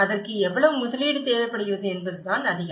அதற்கு எவ்வளவு முதலீடு தேவைப்படுகிறது என்பதுதான் அதிகம்